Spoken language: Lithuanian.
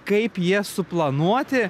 kaip jie suplanuoti